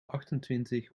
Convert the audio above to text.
achtentwintig